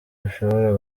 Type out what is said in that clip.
bishobora